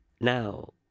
now